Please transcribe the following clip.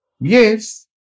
Yes